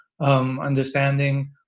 understanding